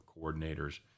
coordinators